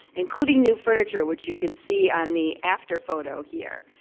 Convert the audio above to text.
including new furniture which you can see on the after photo here.